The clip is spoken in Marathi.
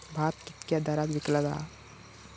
भात कित्क्या दरात विकला जा?